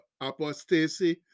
apostasy